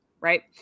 right